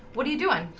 what are you doing?